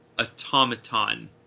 automaton